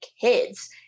kids